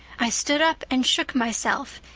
i stood up and shook myself,